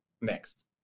next